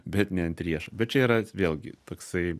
bet ne ant riešo bet čia yra vėlgi toksai